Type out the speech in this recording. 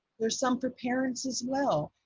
there's some for parents as well.